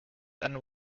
and